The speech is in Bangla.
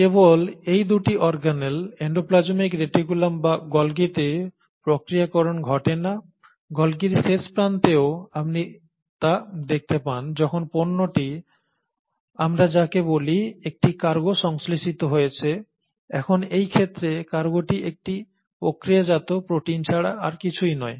কেবল এই 2টি অর্গানেল এন্ডোপ্লাজমিক রেটিকুলাম এবং গোলগিতে প্রক্রিয়াকরণ ঘটে না গলগির শেষ প্রান্তেও আপনি তা দেখতে পান যখন পণ্যটি আমরা যাকে বলি একটি কার্গো সংশ্লেষিত হয়েছে এখন এই ক্ষেত্রে কার্গোটি একটি প্রক্রিয়াজাত প্রোটিন ছাড়া আর কিছুই নয়